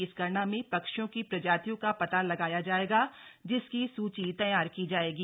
इस गणना में पक्षियों की प्रजातियों का पता लगाया जाएगा जिसकी सूची तैयार कि जाएगी